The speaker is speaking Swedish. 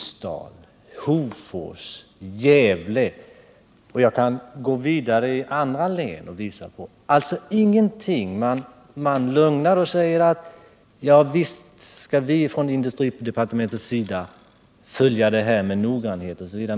Samma gäller även för Ljusdal, Hofors, Gävle samt andra orter i andra län. Man säger lugnande: Ja, visst skall vi från industridepartementets sida noggrant följa utvecklingen.